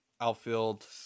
outfield